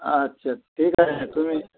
আচ্ছা ঠিক আছে তুমি